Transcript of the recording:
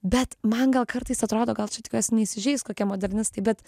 bet man gal kartais atrodo gal čia tikiuos neįsižeis kokie modernistai bet